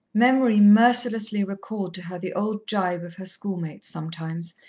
memory mercilessly recalled to her the old gibe of her schoolmates sometimes,